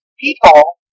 people